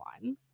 one